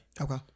Okay